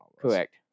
Correct